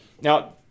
Now